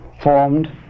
formed